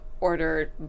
ordered